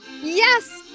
yes